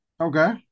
Okay